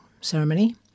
ceremony